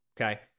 Okay